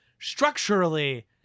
Structurally